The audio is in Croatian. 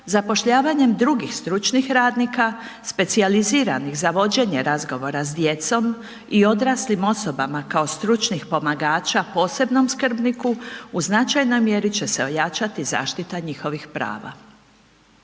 zapošljavanje drugih stručnih radnika, specijaliziranih za vođenje razgovora s djecom i odraslim osobama kao stručnih pomagača posebnom skrbniku u značajnoj mjeri će se ojačati zaštita njihovih prava.